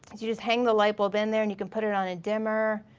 just hang the light bulb in there and you can put it on a dimmer.